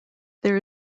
there